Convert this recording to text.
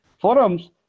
forums